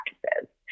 practices